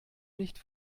nicht